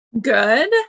Good